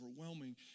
overwhelming